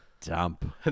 dump